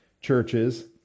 churches